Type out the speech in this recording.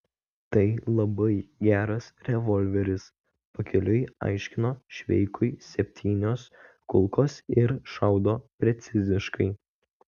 tai labai geras revolveris pakeliui aiškino šveikui septynios kulkos ir šaudo preciziškai